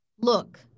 Look